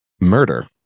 murder